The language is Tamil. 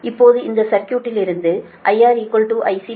இப்போது இந்த சர்க்யூட்லிருந்து IR IC I